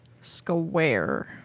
Square